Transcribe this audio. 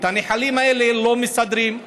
את הנחלים האלה לא מסדרים.